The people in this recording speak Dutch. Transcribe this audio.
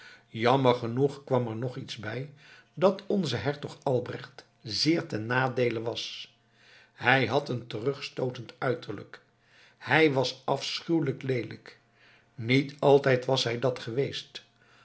jammer genoeg kwam er nog iets bij dat onzen hertog albrecht zeer ten nadeele was hij had een terugstootend uiterlijk hij was afschuwelijk leelijk niet altijd was hij dat geweest